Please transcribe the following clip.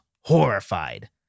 horrified